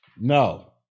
No